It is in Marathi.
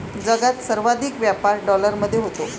जगात सर्वाधिक व्यापार डॉलरमध्ये होतो